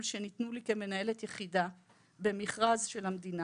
שניתנו לי כמנהלת יחידה במכרז של המדינה.